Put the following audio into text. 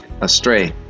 astray